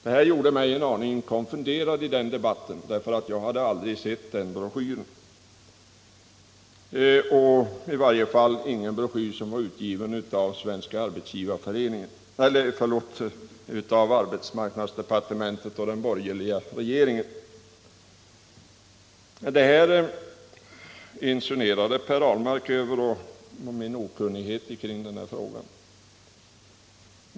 Detta gjorde mig en aning konfunderad i debatten, eftersom jag aldrig hade sett någon sådan broschyr utgiven 83 av arbetsmarknadsdepartementet under den borgerliga regeringen. Det föranledde Per Ahlmark att göra insinuationer om min okunnighet i denna fråga.